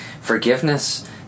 forgiveness